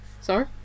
Sorry